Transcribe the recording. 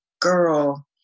girl